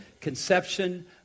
conception